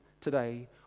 today